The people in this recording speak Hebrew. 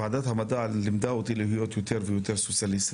ועדת המדע לימדה אותי להיות יותר ויותר סוציאליסטי,